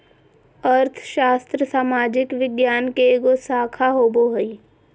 अर्थशास्त्र सामाजिक विज्ञान के एगो शाखा होबो हइ